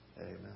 amen